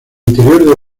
interior